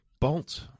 Bolt